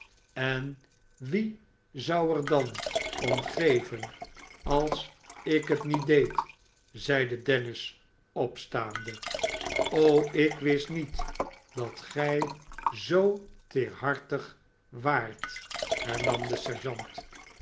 en wie zou er dan om geven als ik het niet deed zeide dennis opstaande ik wist niet dat gij zoo teerhartig waart hernam de sergeant